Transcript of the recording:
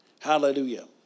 Hallelujah